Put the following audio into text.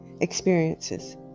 experiences